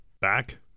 Back